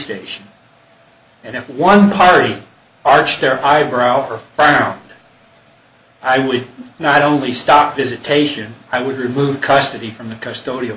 station and if one party arch their eyebrows are found i would not only stop visitation i would remove custody from the custod